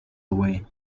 away